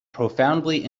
profoundly